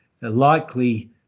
likely